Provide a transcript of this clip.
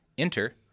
Enter